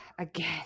again